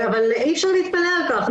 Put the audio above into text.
אבל אי-אפשר להתפלא על כך,